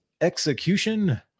execution